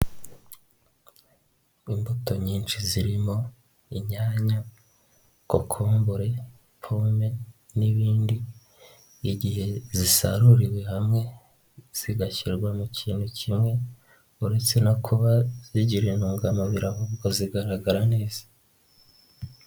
Imbuto nyinshi zirimo inyanya, kokombure, pome n'ibindi; igihe zisaruriwe hamwe zigashyirwa mu kintu kimwe uretse no kuba zigira intugamubiri ahubwo zigaragara neza.